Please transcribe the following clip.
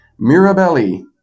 Mirabelli